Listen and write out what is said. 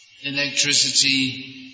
Electricity